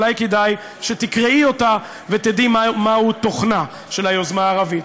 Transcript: אולי כדאי שתקראי אותה ותדעי מה תוכנה של היוזמה הערבית.